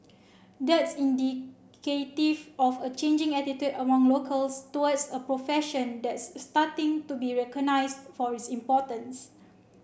that's indicative of a changing attitude among locals towards a profession that's starting to be recognised for its importance